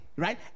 right